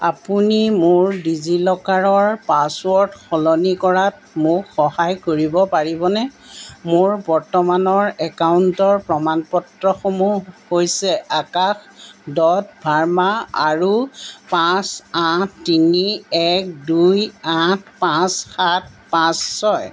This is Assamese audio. আপুনি মোৰ ডিজিলকাৰৰ পাছৱৰ্ড সলনি কৰাত মোক সহায় কৰিব পাৰিবনে মোৰ বৰ্তমানৰ একাউণ্টৰ প্ৰমাণপত্ৰসমূহ হৈছে আকাশ ডট ভাৰ্মা আৰু পাঁচ আঠ তিনি এক দুই আঠ পাঁচ সাত পাঁচ ছয়